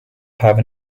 have